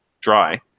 dry